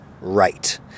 right